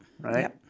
right